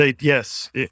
Yes